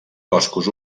boscos